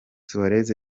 suarez